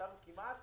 כמעט